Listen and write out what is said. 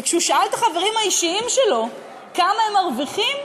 וכשהוא שאל את החברים האישיים שלו כמה הם מרוויחים,